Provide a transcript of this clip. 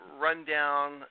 rundown